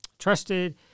trusted